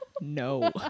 no